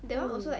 oh